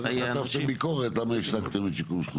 אז חטפתם ביקורת למה הפסקתם את שיקום שכונות.